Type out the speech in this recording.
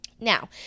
Now